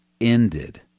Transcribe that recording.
ended